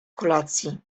kolacji